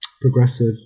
progressive